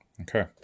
Okay